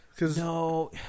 No